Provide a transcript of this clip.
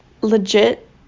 legit